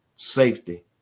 Safety